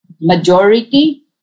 majority